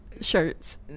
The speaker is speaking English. shirts